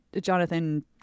Jonathan